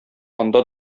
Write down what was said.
анда